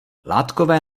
látkové